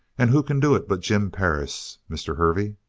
and who can do it but jim perris, mr. hervey?